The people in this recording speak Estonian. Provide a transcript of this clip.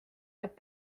jääb